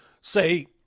say